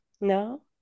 No